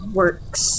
works